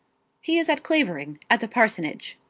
he is at clavering at the parsonage.